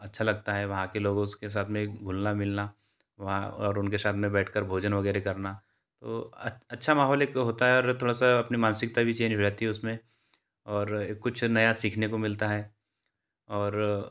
अच्छा लगता है वहाँ के लोग उसके साथ में घुलना मिलना वहाँ और उनके साथ में बैठ कर भोजन वगैरह करना तो अच्छा माहौल एक होता है और थोड़ा सा अपनी मानसिकता भी चेंज हो जाती है उसमें और कुछ नया सीखने को मिलता है और